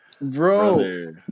Bro